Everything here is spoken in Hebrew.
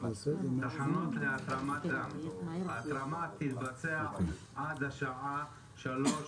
ולשנות אותה מעת לעת לאורך תשע שנות הפעילות,